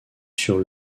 sur